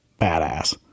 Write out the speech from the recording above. Badass